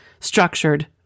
structured